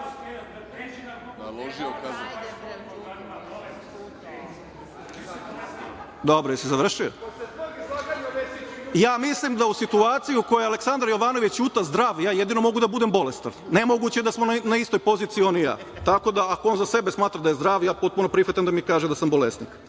Jesi li završio? Ja mislim da u situaciji u kojoj je Aleksandar Jovanović Ćuta zdrav, ja jedino mogu da budem bolestan. Nemoguće je da smo na istoj poziciji on i ja. Tako da, ako on za sebe smatra da je zdrav, ja potpuno prihvatam da mi kaže da sam bolesnik. Prema